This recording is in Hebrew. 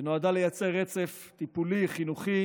ונועדה לייצר רצף טיפולי חינוכי